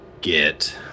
get